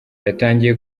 yatangiye